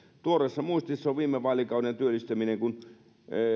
tuoreessa muistissa on viime vaalikauden työllistäminen kun